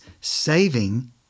saving